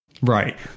right